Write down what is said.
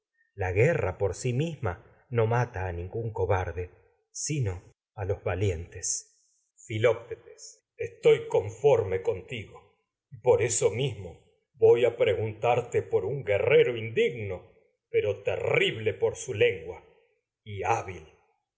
la guerra si misma no mata ningún cobarde sino a los va lientes filioctetes estoy conforme contigo mo y por eso mis pero voy a preguntarte su por un guerrero indigno de él ese terrible por lengua y